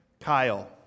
Kyle